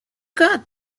got